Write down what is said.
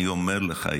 אני אומר לך,